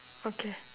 okay